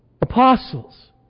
apostles